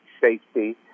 safety